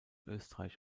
österreich